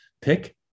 pick